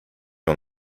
ont